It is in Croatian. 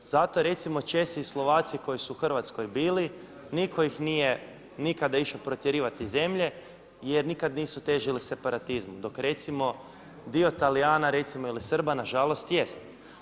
Zato recimo Česi i Slovaci koji su u Hrvatskoj bili nitko ih nije nikada išao protjerivati iz zemlje jer nikada nisu težile separatizmu, dok recimo dio Talijana recimo ili Srba nažalost jest.